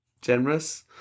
generous